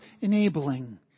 enabling